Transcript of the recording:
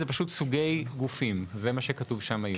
זה פשוט "סוגי גופים" זה מה שכתוב שם היום.